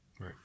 Right